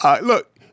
Look